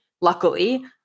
luckily